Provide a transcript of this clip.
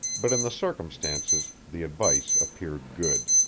but in the circumstances the advice appeared good.